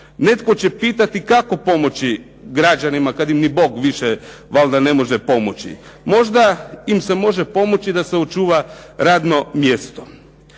Netko će pitati kako pomoći građanima kada im ni Bog više valjda ne može pomoći. Možda im se može pomoći da se očuva radno mjesto.